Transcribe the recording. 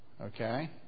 Okay